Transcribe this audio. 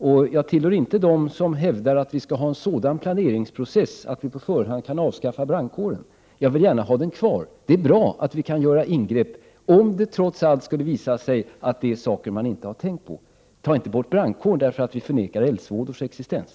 Jag är inte en av dem som hävdar att vi skall ha en sådan planeringsprocess att vi på förhand kan avskaffa brandkåren. Jag vill gärna ha den kvar. Det är bra att vi kan göra ingrepp om det trots allt skulle visa sig att det finns saker som många inte tänkt på. Ta inte bort brandkåren därför att vi förnekar eldsvådors existens!